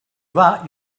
that